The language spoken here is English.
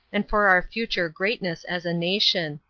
and for our future greatness as a nation.